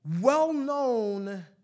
well-known